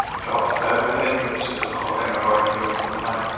dropservicing which is a whole thing i'll go into sometime,